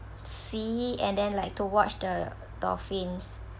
sea and then like to watch the dolphins